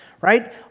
right